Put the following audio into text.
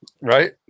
Right